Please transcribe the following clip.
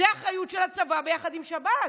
זאת האחריות של הצבא יחד עם שב"ס.